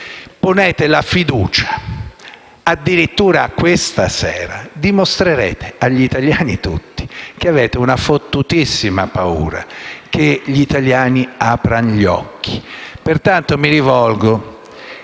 voi ponete la fiducia addirittura questa sera, dimostrerete a tutti gli italiani che avete una fottutissima paura che aprano gli occhi.